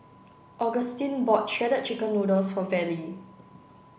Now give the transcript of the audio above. Augustine bought Shredded Chicken Noodles for Vallie